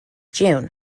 june